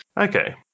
Okay